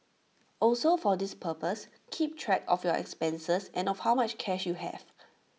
also for this purpose keep track of your expenses and of how much cash you have